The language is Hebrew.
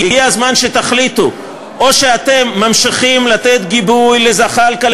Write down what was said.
הגיע הזמן שתחליטו: או שאתם ממשיכים לתת גיבוי לזחאלקה,